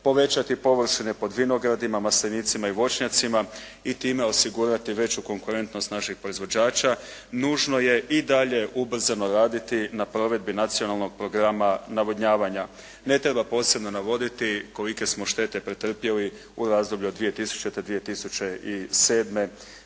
povećati površine pod vinogradima, maslinicima i voćnjacima, i time osigurati veću konkurentnost naših proizvođača. Nužno je i dalje ubrzano raditi na provedbi Nacionalnog programa navodnjavanja. Ne treba posebno navoditi kolike smo štete pretrpjeli u razdoblju od 2000.-2007.